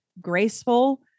graceful